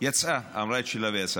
יצאה; אמרה את שלה ויצאה.